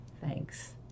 Thanks